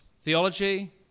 theology